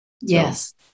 Yes